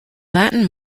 latin